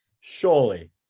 surely